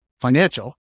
financial